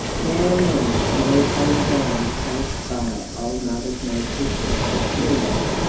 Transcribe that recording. now and then a leaf on the ground close by old mother nature's feet moved,